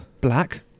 black